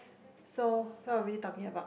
so what were we talking about